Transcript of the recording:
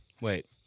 Wait